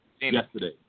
yesterday